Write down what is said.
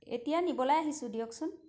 এতিয়া নিবলৈ আহিছোঁ দিয়কচোন